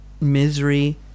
misery